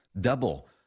Double